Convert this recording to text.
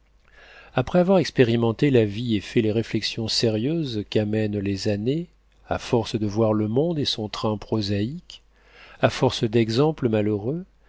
après avoir expérimenté la vie et fait les réflexions sérieuses qu'amènent les années à force de voir le monde et son train prosaïque à force d'exemples malheureux